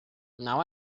now